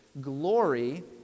glory